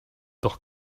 doch